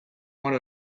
want